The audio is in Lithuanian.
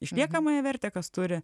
išliekamąją vertę kas turi